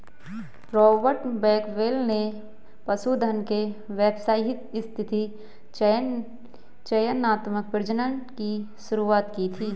Robert Bakewell ने पशुधन के व्यवस्थित चयनात्मक प्रजनन की शुरुआत की थी